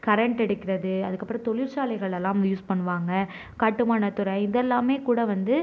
current எடுக்குறது அதுக்கப்புறம் தொழிற்சாலைகளில்லாம் யூஸ் பண்ணுவாங்க கட்டுமானத்துறை இதெல்லாமே கூட வந்து